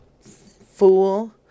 Fool